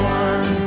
one